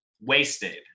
wasted